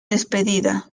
despedida